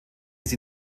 sie